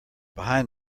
behind